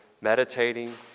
meditating